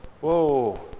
whoa